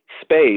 space